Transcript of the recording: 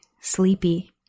sleepy